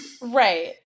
Right